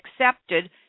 accepted